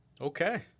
Okay